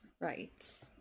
Right